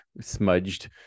smudged